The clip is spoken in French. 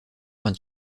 vingt